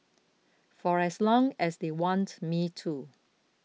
for as long as they want me to